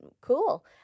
cool